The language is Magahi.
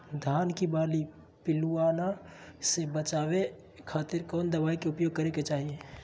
धान के बाली पिल्लूआन से बचावे खातिर कौन दवाई के उपयोग करे के चाही?